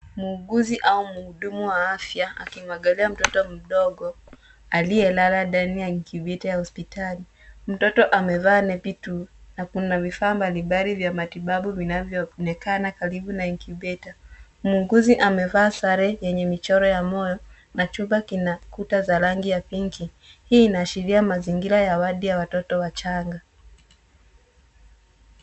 Muuguzi au mhudumu wa afya akimwangalia mtoto mdogo aliyelala ndani ya incubator ya hospitali. Mtoto amevaa nepi tu na kuna vifaa mbalimbali vya matibabu vinavyoonekana karibu na incubator . Muuguzi amevaa sare yenye michoro ya mua na chumba kina kuta za rangi ya pinki. Hii inaashiria mazingira ya wodi ya watoto wachanga.